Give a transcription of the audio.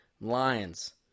lions